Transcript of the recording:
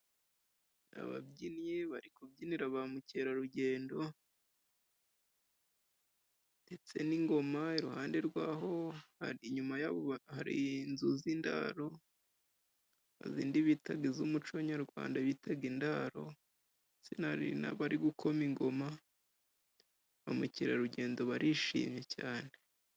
Ababyinnyi bari kubyinira ba mukerarugendo, ndetse n'ingoma iruhande rwaho, inyuma yaho hari inzu z'indaro, za zindi bitaga iz'umuco nyarwanda bitaga indaro, ndetse hari n'abari gukoma ingoma, ba mukerarugendo barishimye cyane.